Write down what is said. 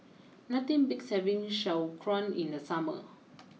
nothing beats having Sauerkraut in the summer